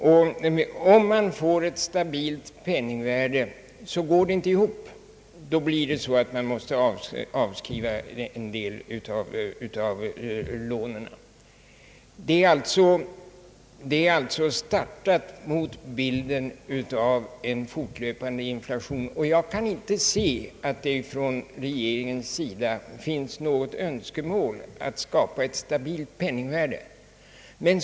Om man får ett stabilt penningvärde går det inte ihop, då måste man avskriva en del av lånen. Man har alltså förutsatt en fortlöpande inflation, och jag kan inte finna att regeringen hyser något önskemål att skapa ett statbilt penningvärde.